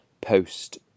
post